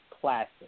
classic